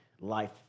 life